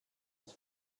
his